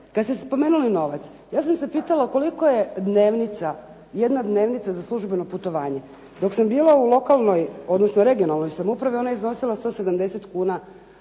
Kada ste spomenuli novac, ja sam se pitala kolika je dnevnica, jedna dnevnica za službeno putovanje. Dok sam bila u regionalnoj samoupravi ona je iznosila 170 kuna